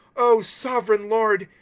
o sovereign lord,